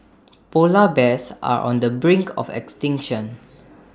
Polar Bears are on the brink of extinction